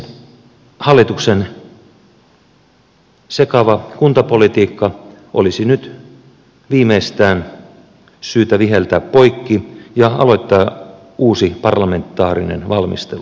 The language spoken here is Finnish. hallituksen sekava kuntapolitiikka olisi nyt viimeistään syytä viheltää poikki ja aloittaa uusi parlamentaarinen valmistelu